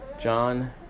John